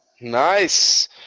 Nice